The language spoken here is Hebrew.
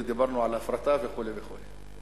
ודיברנו על הפרטה וכו' וכו'.